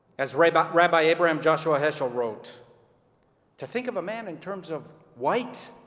as rabbi rabbi abraham joshua heschel wrote to think of a man in terms of white,